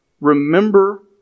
Remember